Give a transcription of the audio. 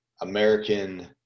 american